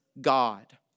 God